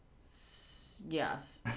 Yes